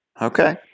Okay